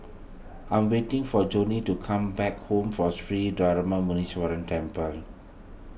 I'm waiting for Joline to come back from Sri Darma Muneeswaran Temple